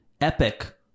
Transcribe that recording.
epic